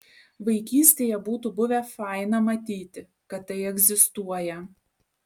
vaikystėje būtų buvę faina matyti kad tai egzistuoja